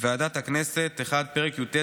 ועדת הכנסת: פרק י"ט,